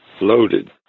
loaded